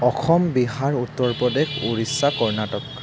Assam Bihar Uttar Pradesh Orissa Karnataka